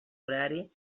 horari